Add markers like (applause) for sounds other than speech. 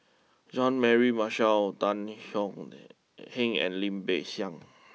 Jean Mary Marshall Tan (unintelligible) Heng and Lim Peng Siang